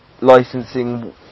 licensing